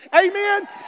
Amen